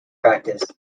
practice